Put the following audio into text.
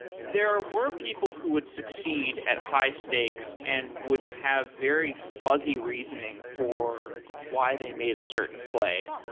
there were people who would succeed at high-stakes and would have very fuzzy reasoning for why they made a certain play.